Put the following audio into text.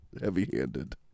heavy-handed